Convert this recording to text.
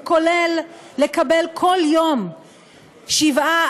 הוא כולל לקבל מדי יום שבעה,